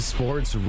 Sports